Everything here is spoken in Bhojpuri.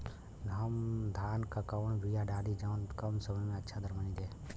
हम धान क कवन बिया डाली जवन कम समय में अच्छा दरमनी दे?